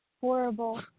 Horrible